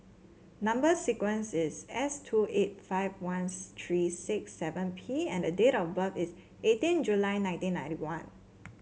number sequence is S two eight five one three six seven P and the date of birth is eighteen July nineteen ninety one